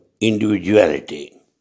individuality